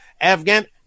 Afghan